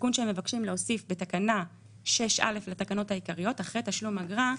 התיקון שהם מבקשים להוסיף בתקנה 6א לתקנות העיקריות: אחרי תשלום אגרה,